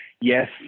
Yes